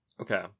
Okay